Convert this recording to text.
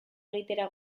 egitera